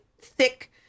thick